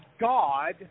God